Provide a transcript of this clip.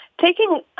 taking